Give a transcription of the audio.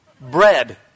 Bread